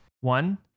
One